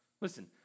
Listen